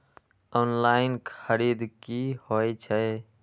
Online खरीद की होए छै?